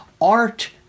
art